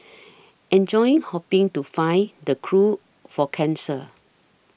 enjoying hoping to find the cure for cancer